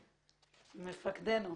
קסנטיני, מפקדנו,